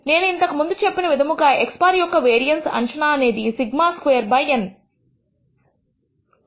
నేను ఇంతకు ముందు చెప్పిన విధముగా x̅ యొక్క వేరియన్స్ అంచనా అనేది σ2 బై N